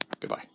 Goodbye